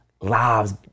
lives